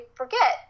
forget